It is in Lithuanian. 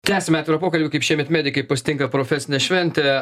tęsiam atvirą pokalbį kaip šiemet medikai pasitinka profesinę šventę